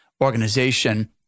organization